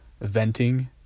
venting